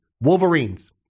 Wolverines